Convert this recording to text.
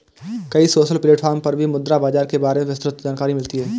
कई social platform पर भी मुद्रा बाजार के बारे में विस्तृत जानकरी मिलती है